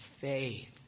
faith